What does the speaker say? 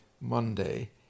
Monday